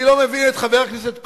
אני לא מבין את חבר הכנסת כהן.